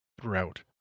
throughout